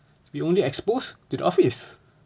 we only expose to the office